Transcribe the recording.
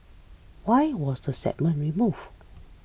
why was the segment remove